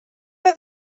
oedd